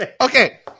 okay